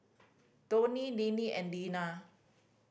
Donnie Deanne and Lina